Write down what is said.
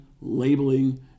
labeling